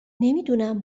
نمیدونم